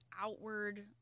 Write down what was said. outward